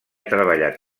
treballat